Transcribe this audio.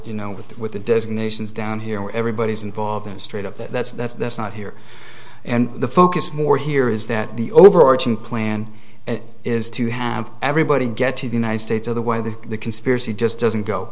you know with the with the designations down here everybody's involved in the straight up that's that's that's not here and the focus more here is that the overarching plan is to have everybody get to the united states or the way that the conspiracy just doesn't go